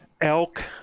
elk